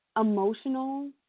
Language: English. Emotional